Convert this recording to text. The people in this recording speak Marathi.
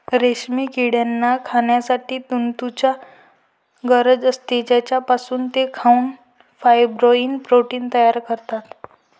रेशीम किड्यांना खाण्यासाठी तुतीची गरज असते, ज्यापासून ते खाऊन फायब्रोइन प्रोटीन तयार करतात